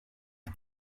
que